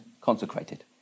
consecrated